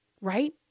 right